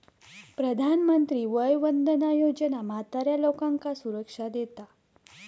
प्रधानमंत्री वय वंदना योजना म्हाताऱ्या लोकांका सुरक्षा देता